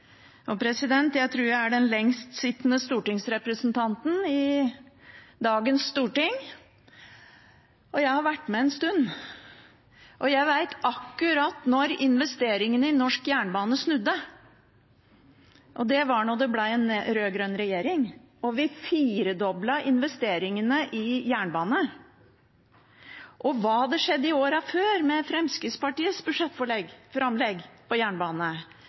Jeg tror jeg er den lengstsittende stortingsrepresentanten i dagens storting, og jeg har vært med en stund, og jeg vet akkurat når investeringene i norsk jernbane snudde, og det var da det ble en rød-grønn regjering og vi firedoblet investeringene i jernbanen. Og hva hadde skjedd i årene før, med Fremskrittspartiets budsjettframlegg på jernbane?